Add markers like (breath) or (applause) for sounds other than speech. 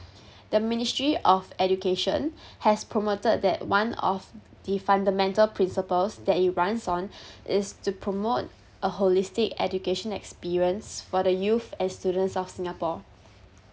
the ministry of education has promoted that one of the fundamental principles that he runs on (breath) is to promote a holistic education experience for the youth and students of singapore